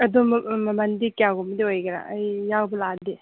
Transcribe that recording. ꯑꯗꯨ ꯃꯃꯜꯗꯤ ꯀꯌꯥꯒꯨꯝꯕꯗꯤ ꯑꯣꯏꯒꯗ꯭ꯔꯥ ꯑꯩ ꯌꯥꯎꯕ ꯂꯥꯛꯑꯗꯤ